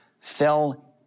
fell